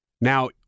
Now